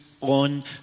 on